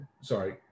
sorry